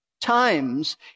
times